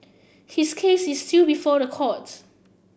his case is still before the courts